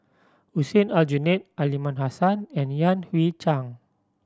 Hussein Aljunied Aliman Hassan and Yan Hui Chang